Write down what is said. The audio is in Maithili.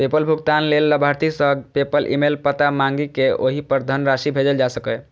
पेपल भुगतान लेल लाभार्थी सं पेपल ईमेल पता मांगि कें ओहि पर धनराशि भेजल जा सकैए